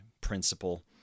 principle